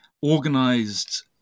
organized